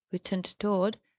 returned tod,